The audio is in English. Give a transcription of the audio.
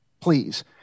please